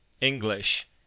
English